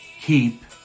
keep